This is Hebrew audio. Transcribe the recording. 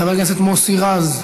חבר הכנסת מוסי רז,